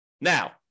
Now